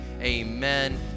amen